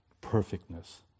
perfectness